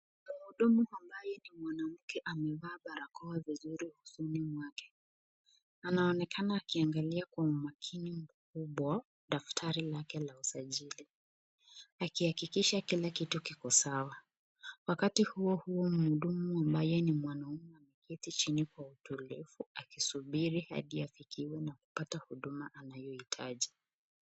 Mhudumu ambaye ni mwanamke amevaa barakoa vizuri usoni mwake. Anaonekana akiangalia kwa umakini mkubwa daftari lake la usajili, akihakikisha kila kitu kiko sawa, wakati huohuo mhudumu ambaye ni mwanaume ameketi chini kwa utulivu akisubiri hadi afikiwe na kupata huduma anayo ihitaji.